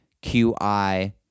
Q-I